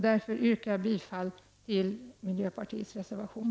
Därför yrkar jag bifall till miljöpartiets reservation.